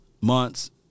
months